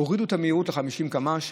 הורידו את המהירות ל-50 קמ"ש.